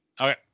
Okay